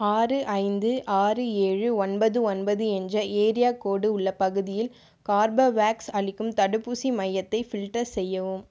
ஆறு ஐந்து ஆறு ஏழு ஒன்பது ஒன்பது என்ற ஏரியா கோட் உள்ள பகுதியில் கார்பவேக்ஸ் அளிக்கும் தடுப்பூசி மையத்தை ஃபில்டர் செய்யவும்